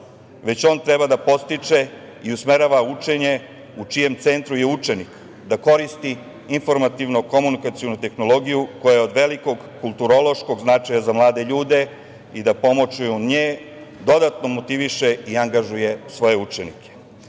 već on treba da podstiče i usmerava učenje u čijem centru je učenik da koristi informaciono-komunikacionu tehnologiju koja je od velikog kulturološkog značaja za mlade ljude i da pomoću nje dodatno motiviše i angažuje svoje